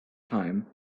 time